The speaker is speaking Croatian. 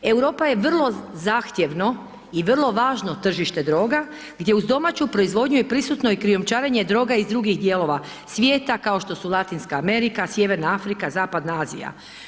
Europa je vrlo zahtjevno i vrlo važno tržište droga gdje uz domaću proizvodnju je prisutno i krijumčarenje droga iz drugih dijelova svijeta kao što su Latinska Amerika, sjeverna Afrika, zapadna Azija.